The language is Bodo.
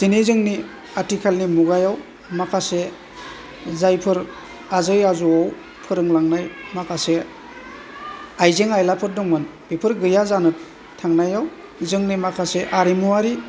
दिनै जोंनि आथिखालनि मुगायाव माखासे जायफोर आजै आजौआव फोरोंलांनाय माखासे आइजें आइलाफोर दंमोन बिफोर गैया जानो थांनायाव जोंनि माखासे आरिमुवारि